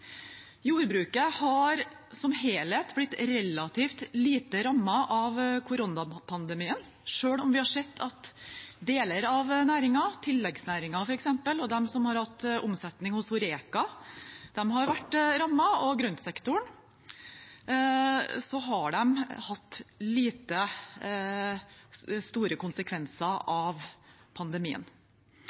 Jordbruket har som helhet blitt relativt lite rammet av koronapandemien. Selv om vi har sett at deler av næringen – f.eks. tilleggsnæringer, de som har hatt omsetning hos Horeca, og grøntsektoren – har vært rammet, har det vært få store konsekvenser av pandemien.